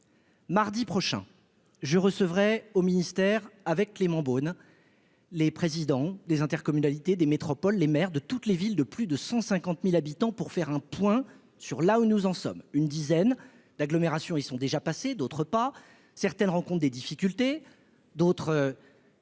Mardi prochain, je recevrai au ministère avec Clément Beaune, les présidents des intercommunalités des métropoles, les maires de toutes les villes de plus de 150000 habitants, pour faire un point sur là où nous en sommes, une dizaine d'agglomérations, ils sont déjà passés, d'autres pas certaines rencontre des difficultés d'autres.